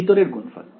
ভিতরের গুণফল